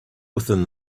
within